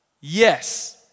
Yes